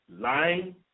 lying